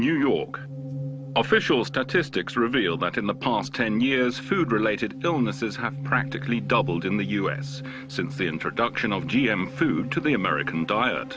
new york official statistics reveal but in the past ten years food related illnesses have practically doubled in the us since the introduction of g m food to the american diet